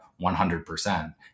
100%